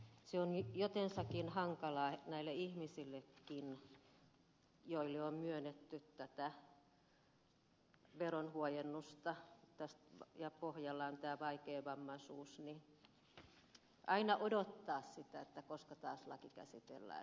se on jotensakin hankalaa myös näille ihmisille joille on myönnetty tätä veronhuojennusta ja pohjalla on vaikeavammaisuus aina odottaa sitä koska taas laki käsitellään